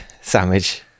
sandwich